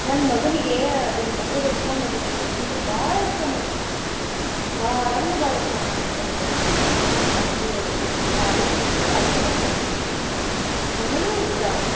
ನನ್ನ ಮಗನಿಗೆ ಅದನ್ನ ಮೊಸರು ಅದ್ಕೊಂಡು ಅದ್ರ ಜೊತಿಗೆ ತಿಂದ್ರೆ ಭಾಳ ಇಷ್ಟ ನೋಡ್ರಿ ಭಾಳ ಅಂದ್ರೆ ಭಾಳ ಇಷ್ಟ ರೀ ನನ್ನ ಮಗನಿಗೆ ಅದು ಅಕ್ಕಿ ರೊಟ್ಟಿ ತಾಲಿಪಟ್ ಭಾಳ ಇಷ್ಟ ರೀ ಅವನಿಗೆ ನನಗೂ ಇಷ್ಟ